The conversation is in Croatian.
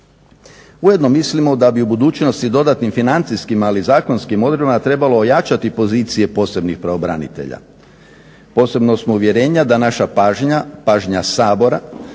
Ujedno mislimo da bi u budućnosti dodatnim financijskim ali zakonskim odredbama trebalo ojačati pozicije posebnih pravobranitelja. Posebnog smo uvjerenja da naša pažnja, pažnja Sabora